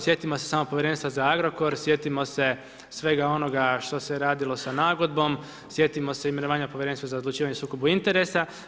Sjetimo se samo Povjerenstva za Agrokor, sjetimo se svega onoga što se radilo sa nagodbom, sjetimo se imenovanja Prvenstva za odlučivanje o sukobu interesa.